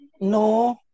No